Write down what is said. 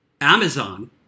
Amazon